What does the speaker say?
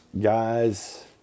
guys